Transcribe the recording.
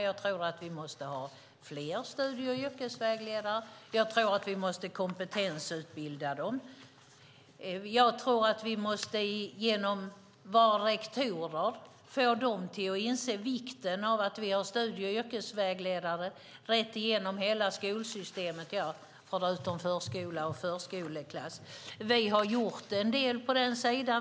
Jag tror att vi måste ha fler studie och yrkesvägledare. Jag tror att vi måste kompetensutbilda dem. Jag tror att vi måste få våra rektorer att inse vikten av att vi har studie och yrkesvägledare rätt igenom hela skolsystemet, utom i förskoleklasserna. Vi har gjort en del.